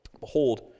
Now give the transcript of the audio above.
Behold